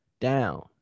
down